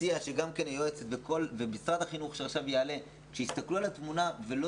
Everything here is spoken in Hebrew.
אני מציע שמשרד החינוך יסתכלו על התמונה ולא